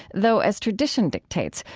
though, as tradition dictates,